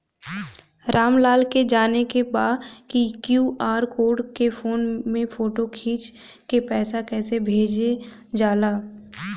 राम लाल के जाने के बा की क्यू.आर कोड के फोन में फोटो खींच के पैसा कैसे भेजे जाला?